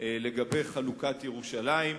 לגבי חלוקת ירושלים.